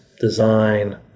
design